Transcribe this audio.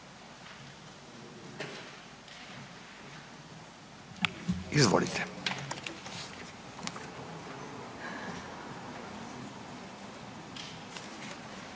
Izvolite.